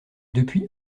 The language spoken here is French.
depuis